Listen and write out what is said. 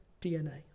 DNA